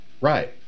Right